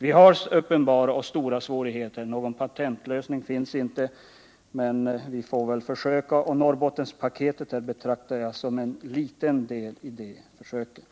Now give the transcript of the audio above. Vi har uppenbara och stora svårigheter. Någon patentlösning finns inte, men vi får ändå försöka att lösa problemen. Norrbottenspaketet betraktar jag som en liten del i de försöken.